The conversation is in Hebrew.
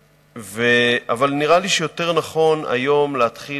אבל נראה לי שיותר נכון היום להתחיל